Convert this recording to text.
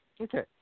Okay